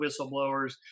whistleblowers